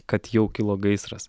kad jau kilo gaisras